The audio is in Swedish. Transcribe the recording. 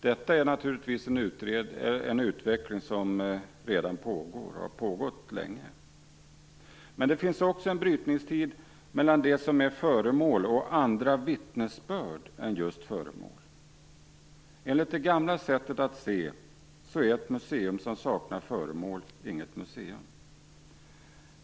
Detta är naturligtvis en utveckling som redan pågår och som har pågått länge. Det är också en brytningstid mellan det som är föremål och det som är andra vittnesbörd. Enligt det gamla sättet att se, är ett museum som saknar föremål inget museum.